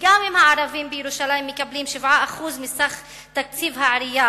וגם אם הערבים בירושלים מקבלים 7% מסך תקציב העירייה